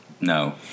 No